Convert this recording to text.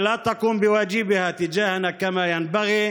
המדינה לא ממלאת את חובתה כלפינו כיאות,